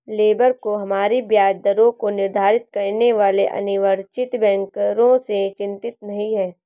labour को हमारी ब्याज दरों को निर्धारित करने वाले अनिर्वाचित बैंकरों से चिंतित नहीं है